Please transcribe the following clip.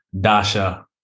Dasha